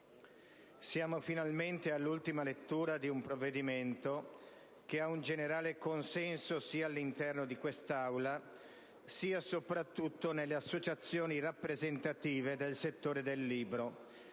siamo finalmente all'ultima lettura di un provvedimento che ha un generale consenso sia all'interno dell'Aula, sia soprattutto nelle associazioni rappresentative del settore del libro,